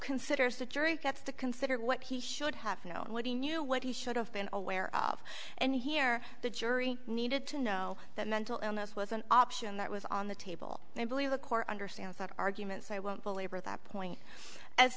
considers the jury gets to consider what he should have known what he knew what he should have been aware of and here the jury needed to know that mental illness was an option that was on the table and i believe the court understands that argument so i won't belabor that point as